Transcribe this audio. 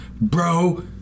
bro